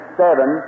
seven